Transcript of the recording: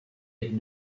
had